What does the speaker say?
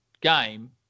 game